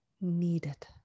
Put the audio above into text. needed